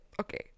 Okay